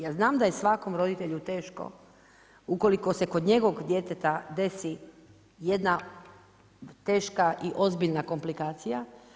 Ja znam da je svakom roditelju teško ukoliko se kod njegovog djeteta desi jedna teška i ozbiljna komplikacija.